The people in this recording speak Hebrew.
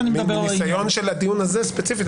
מניסיון של הדיון הזה ספציפית,